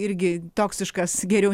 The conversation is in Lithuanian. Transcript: irgi toksiškas geriau